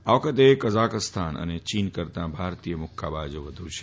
આ વખતે કઝાખસ્તાન અને ચીન કરતાં ભારતીય મુક્કાબાજા વધુ છે